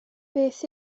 beth